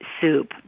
soup